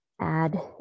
add